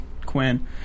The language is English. Quinn